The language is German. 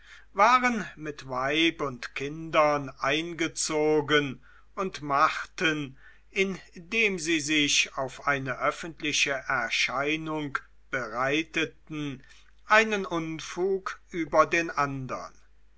waren mit weib und kindern eingezogen und machten indem sie sich auf eine öffentliche erscheinung bereiteten einen unfug über den andern